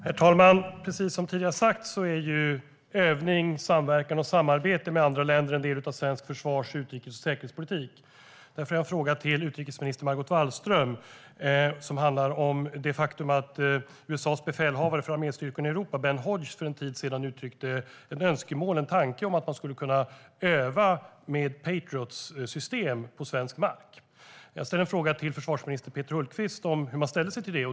Herr talman! Precis som tidigare har sagts är övning, samverkan och samarbete med andra länder en del av svensk försvars, utrikes och säkerhetspolitik. Därför har jag en fråga till utrikesminister Margot Wallström som handlar om det faktum att USA:s befälhavare för arméstyrkorna i Europa, Ben Hodges, för en tid sedan uttryckte en tanke om att man skulle kunna öva med Patriot systemet på svensk mark. Jag ställde en fråga till försvarsminister Hultqvist om hur regeringen ställer sig till det.